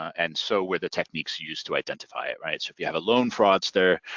and so were the techniques used to identify, right? so we have a lone fraudster,